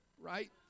right